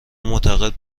معتقد